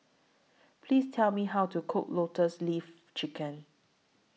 Please Tell Me How to Cook Lotus Leaf Chicken